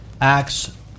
Acts